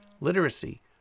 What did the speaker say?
literacy